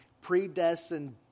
predestined